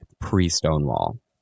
pre-Stonewall